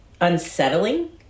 unsettling